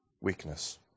weakness